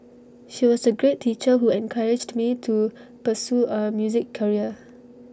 she was A great teacher who encouraged me to pursue A music career